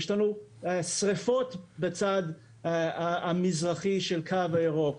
יש לנו שריפות בצד המזרחי של הקו הירוק,